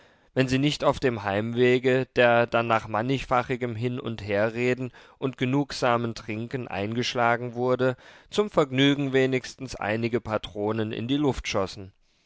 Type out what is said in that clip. wenn sie nicht auf dem heimwege der dann nach mannigfachem hin und herreden und genugsamem trinken eingeschlagen wurde zum vergnügen wenigstens einige patronen in die luft schossen